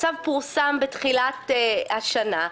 הצו פורסם בתחילת השנה,